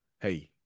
hey